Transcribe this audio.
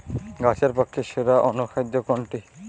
গাছের পক্ষে সেরা অনুখাদ্য কোনটি?